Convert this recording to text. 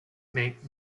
make